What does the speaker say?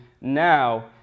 now